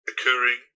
occurring